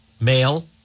male